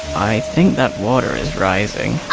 i think that water is rising.